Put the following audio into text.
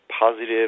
positive